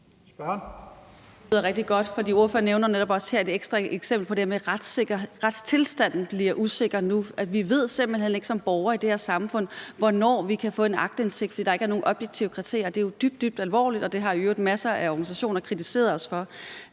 Det lyder rigtig godt, for ordføreren nævner netop også her et ekstra eksempel på det her med, at retstilstanden bliver usikker nu. Vi ved simpelt hen ikke som borgere i det her samfund, hvornår vi kan få en aktindsigt, fordi der ikke er nogen objektive kriterier. Det er jo dybt, dybt alvorligt, og det har masser af organisationer i øvrigt kritiseret os for.